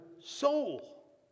soul